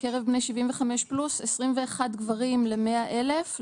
בקרב בני 75+: 21 גברים 100 אלף,